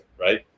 Right